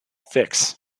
fix